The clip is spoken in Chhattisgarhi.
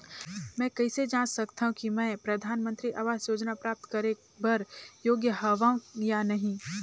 मैं कइसे जांच सकथव कि मैं परधानमंतरी आवास योजना प्राप्त करे बर योग्य हववं या नहीं?